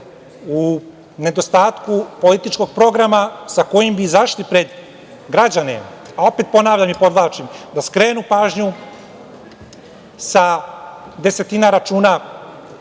u nedostatku političkog programa sa kojim bi izašli pred građane, a opet ponavljam i podvlačim – da skrenu pažnju sa desetine računa